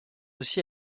aussi